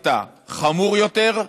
שעשית חמור יותר,